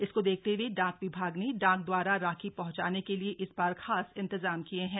इसको देखते हए डाक विभाग ने डाक दवारा राखी हंचाने के लिए इस बार खास इंतजाम किए हैं